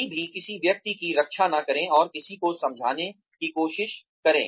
कभी भी किसी व्यक्ति की रक्षा न करें और किसी को समझाने की कोशिश करें